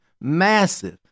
massive